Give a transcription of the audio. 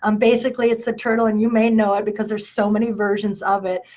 um basically it's a turtle and you may know it, because there's so many versions of it.